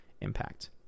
impact